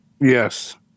Yes